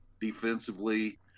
defensively